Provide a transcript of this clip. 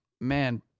man